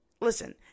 listen